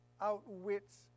outwits